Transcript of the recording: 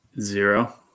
Zero